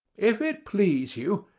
if it please you,